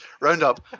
roundup